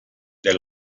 del